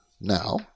now